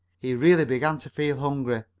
he really began to feel hungry.